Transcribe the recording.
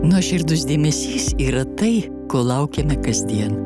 nuoširdus dėmesys yra tai ko laukiame kasdien